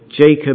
Jacob